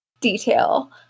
detail